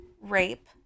rape